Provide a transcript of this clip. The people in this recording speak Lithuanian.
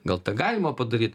gal tą galima padaryt